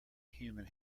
human